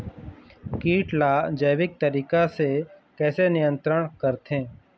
कीट ला जैविक तरीका से कैसे नियंत्रण करथे?